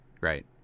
right